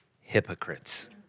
hypocrites